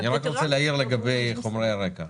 לגבי חומרי הרקע.